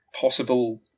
possible